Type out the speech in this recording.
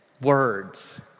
Words